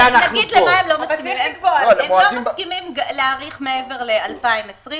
נסביר למה הם לא מסכימים: הם לא מסכימים להאריך מעבר ל-2020,